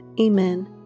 amen